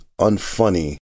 unfunny